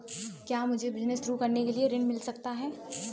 क्या मुझे बिजनेस शुरू करने के लिए ऋण मिल सकता है?